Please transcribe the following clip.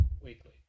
weekly